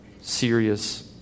serious